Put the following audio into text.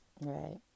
Right